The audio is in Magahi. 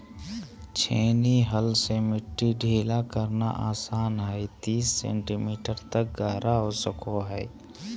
छेनी हल से मिट्टी ढीला करना आसान हइ तीस सेंटीमीटर तक गहरा हो सको हइ